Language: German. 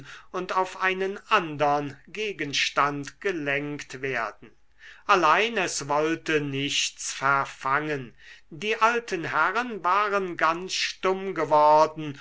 und auf einen andern gegenstand gelenkt werden allein es wollte nichts verfangen die alten herren waren ganz stumm geworden